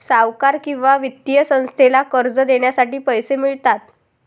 सावकार किंवा वित्तीय संस्थेला कर्ज देण्यासाठी पैसे मिळतात